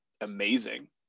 amazing